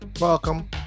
Welcome